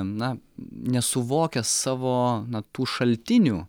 na nesuvokia savo na tų šaltinių